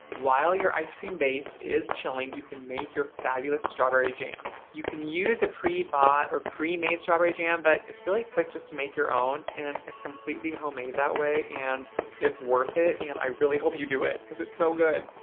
while your ice cream base is chilling, you can make your fabulous strawberry jam. you can use a pre-bought or pre-made strawberry jam but it's really quick just to make your own and and then it's completely homemade that way and it's worth it and i really hope you do it cause it's so good.